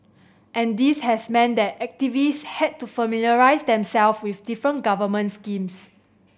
and this has meant that activists had to familiarise them self with different government schemes